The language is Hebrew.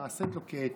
נעשית לו כהיתר.